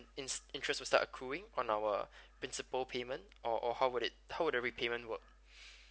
in~ interest will start accruing on our principle payment or or how would it how would the repayment work